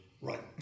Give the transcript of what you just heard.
right